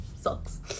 sucks